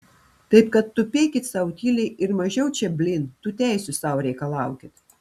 taip kad tupėkit sau tyliai ir mažiau čia blyn tų teisių sau reikalaukit